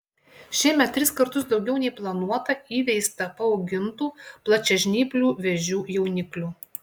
šiemet tris kartus daugiau nei planuota įveista paaugintų plačiažnyplių vėžių jauniklių